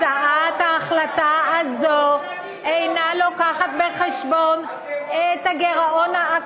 הצעת ההחלטה הזאת אינה מביאה בחשבון את הגירעון האקטוארי,